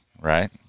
right